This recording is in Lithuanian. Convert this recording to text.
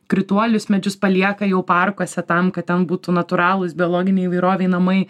krituolius medžius palieka jau parkuose tam kad ten būtų natūralūs biologinei įvairovei namai